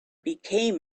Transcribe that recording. became